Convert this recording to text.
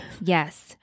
Yes